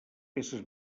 peces